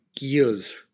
years